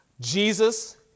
Jesus